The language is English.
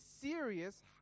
serious